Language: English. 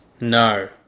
No